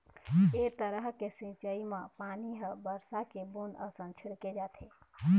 ए तरह के सिंचई म पानी ह बरसा के बूंद असन छिड़के जाथे